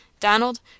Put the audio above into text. Donald